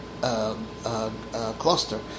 cluster